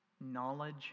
Knowledge